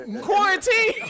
quarantine